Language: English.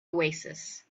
oasis